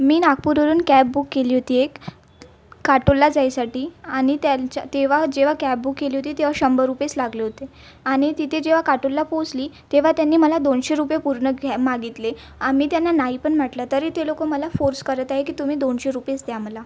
मी नागपूरवरून cab book केली होती एक काटोलला जायसाठी आणि त्याच्या तेव्हा जेव्हा कॅब बुक केली होती तेव्हा शंभर रुपेच लागले होते आणि तिथे जेव्हा काटोलला पोचली तेव्हा त्यांनी मला दोनशे रुपये पूर्ण घ्या मागितले आम्ही त्यांना नाही पण म्हटलं तरी ते लोक मला फोर्स करत आहे की तुम्ही दोनशे रुपेच द्या मला